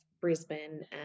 Brisbane